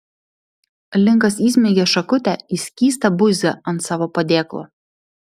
linkas įsmeigė šakutę į skystą buizą ant savo padėklo